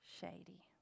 shady